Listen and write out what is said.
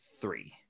three